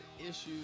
issues